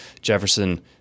jefferson